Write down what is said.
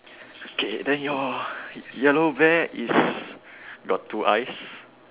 okay then your yellow bear is got two eyes